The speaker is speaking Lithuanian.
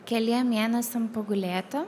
keliem mėnesiam pagulėti